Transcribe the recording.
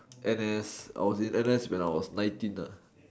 N_S I was in N_S when I was nineteen nah